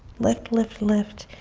lift, lift, lift